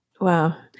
Wow